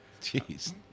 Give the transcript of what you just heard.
Jeez